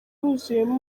huzuyemo